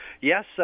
Yes